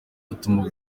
utuma